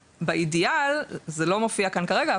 ובאידיאל זה לא מופיע כאן כרגע,